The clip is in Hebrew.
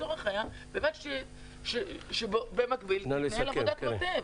הצורך היה שתתנהל עבודת מטה,